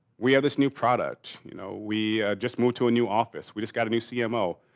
we have this new product, you know, we just moved to a new office, we just got a new cmo.